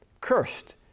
cursed